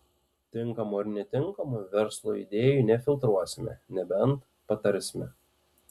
tinkamų ar netinkamų verslui idėjų nefiltruosime nebent patarsime